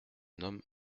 nomme